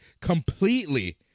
completely